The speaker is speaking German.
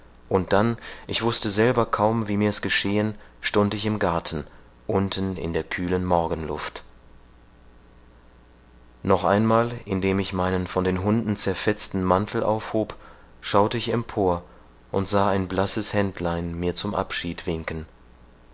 und dann ich wußte selber kaum wie mir's geschehen stund ich im garten unten in der kühlen morgenluft noch einmal indem ich meinen von den hunden zerfetzten mantel aufhob schaute ich empor und sah ein blasses händlein mir zum abschied winken